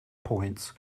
points